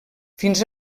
fins